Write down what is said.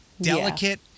delicate